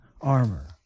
armor